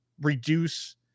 reduce